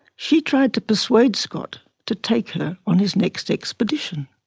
she tried to persuade scott to take her on his next expedition.